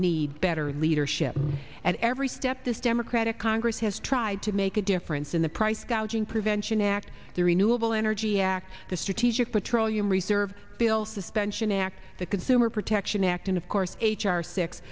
need better leadership at every step this democratic congress has tried to make a difference in the price gouging preven connect the renewable energy act the strategic petroleum reserve bill suspension act the consumer protection act and of course h r six